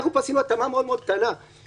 כשעשו אותה לפני כמה שנים היא הייתה על נקי,